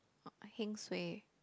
heng suay